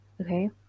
Okay